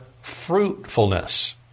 fruitfulness